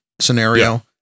scenario